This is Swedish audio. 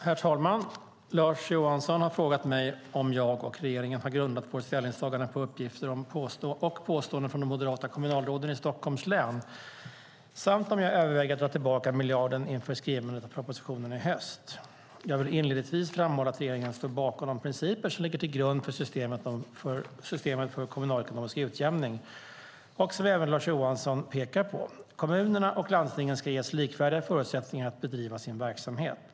Herr talman! Lars Johansson har frågat mig om jag och regeringen har grundat vårt ställningstagande på uppgifter och påståenden från de moderata kommunalråden i Stockholm län, samt om jag överväger att dra tillbaka miljarden inför skrivandet av propositionen i höst. Jag vill inledningsvis framhålla att regeringen står bakom de principer som ligger till grund för systemet för kommunalekonomisk utjämning och som även Lars Johansson pekar på. Kommunerna och landstingen ska ges likvärdiga förutsättningar att bedriva sin verksamhet.